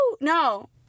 No